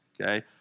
Okay